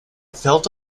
felt